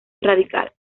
radical